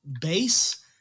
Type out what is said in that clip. base